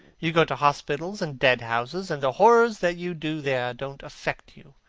you go to hospitals and dead-houses, and the horrors that you do there don't affect you.